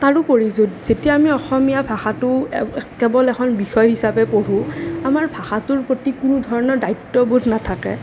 তাৰোপৰি যেতিয়া আমি অসমীয়া ভাষাটো কেৱল এখন বিষয় হিচাপে পঢ়োঁ আমাৰ ভাষাটোৰ প্ৰতি কোনো ধৰণৰ দায়িত্ববোধ নাথাকে